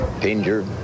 danger